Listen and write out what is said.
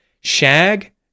shag